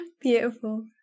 Beautiful